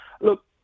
look